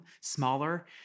smaller